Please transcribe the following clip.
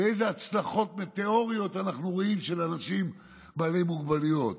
איזה הצלחות מטאוריות אנחנו רואים של אנשים בעלי מוגבלויות